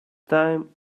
time